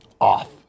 Off